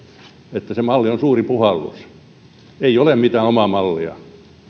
että se malli on suuri puhallus ja ei ole mitään omaa mallia